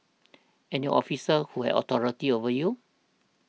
and your officer who had authority over you